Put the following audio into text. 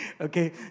Okay